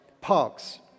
parks